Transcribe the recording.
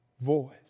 voice